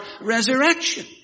Resurrection